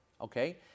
okay